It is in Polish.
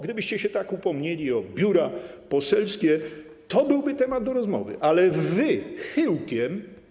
Gdybyście się tak upomnieli o biura poselskie, byłby to temat do rozmowy, ale wy chyłkiem.